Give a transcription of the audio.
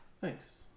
Thanks